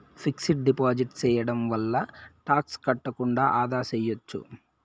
fixed deposit సేయడం వల్ల tax కట్టకుండా ఆదా సేయచ్చు